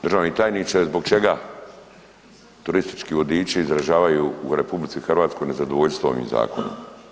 Državni tajniče zbog čega turistički vodiči izražavaju u RH nezadovoljstvo ovim zakonom?